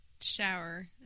shower